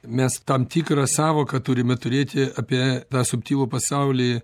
mes tam tikrą sąvoką turime turėti apie tą subtilų pasaulį